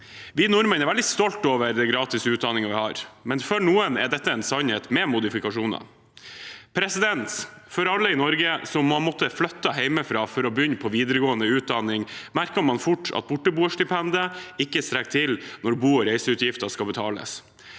Vi nordmenn er veldig stolte over å ha gratis utdanning, men for noen er dette en sannhet med modifikasjoner. For alle i Norge som har måttet flytte hjemmefra for å begynne på videregående utdanning, merker man fort at borteboerstipendet ikke strekker til når bo- og reiseutgifter skal betales.